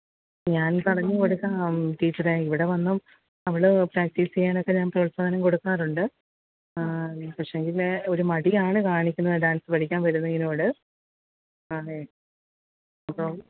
ഞാൻ പറഞ്ഞു കൊടുക്കാം ടീച്ചറെ ഇവിടെ വന്നും അവള് പ്രാക്ടീസ് ചെയ്യാനൊക്കെ ഞാൻ പ്രോൽസാഹനം കൊടുക്കാറുണ്ട് പക്ഷേങ്കില് ഒരു മടിയാണ് കാണിക്കുന്നത് ഡാൻസ് പഠിക്കാൻ വരുന്നതിനോട് അതെ അപ്പം